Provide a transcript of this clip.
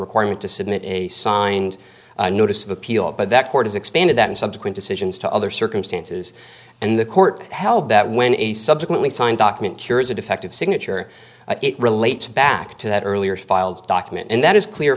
requirement to submit a signed a notice of appeal but that court has expanded that and subsequent decisions to other circumstances and the court held that when a subsequently signed document cures a defective signature it relates back to that earlier filed document and that is clear